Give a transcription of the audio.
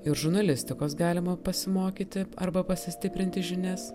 ir žurnalistikos galima pasimokyti arba pasistiprinti žinias